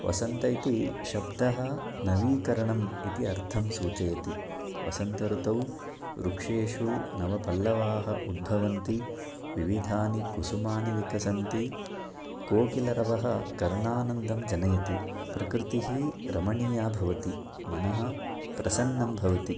वसन्त इति शब्दः नवीकरणम् इति अर्थं सूचयति वसन्तऋतौ वृक्षेषु नवपल्लवाः उद्भवन्ति विविधानि कुसुमानि विकसन्ति कोकिलरवः कर्णानन्दं जनयति प्रकृतिः रमणीया भवति मनः प्रसन्नं भवति